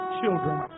children